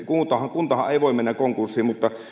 kuntahan ei voi mennä konkurssiin mutta